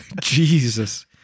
Jesus